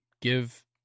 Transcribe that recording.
give